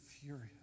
furious